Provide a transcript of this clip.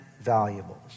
valuables